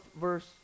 verse